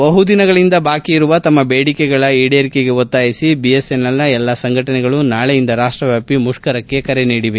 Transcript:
ಬಹುದಿನಗಳಿಂದ ಬಾಕಿ ಇರುವ ತಮ್ಮ ಬೇಡಿಕೆಗಳ ಈಡೇರಿಕೆಗೆ ಒತ್ತಾಯಿಸಿ ಬಿಎಸ್ಎನ್ಎಲ್ನ ಎಲ್ಲಾ ಸಂಘಗಳು ನಾಳೆಯಿಂದ ರಾಷ್ಟವ್ಯಾಪಿ ಮುಷ್ಕರಕ್ಕೆ ಕರೆ ನೀಡಿವೆ